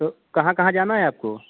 तो कहाँ कहाँ जाना है आपको